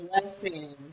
blessing